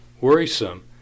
worrisome